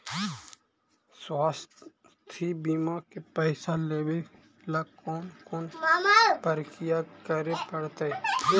स्वास्थी बिमा के पैसा लेबे ल कोन कोन परकिया करे पड़तै?